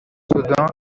soudan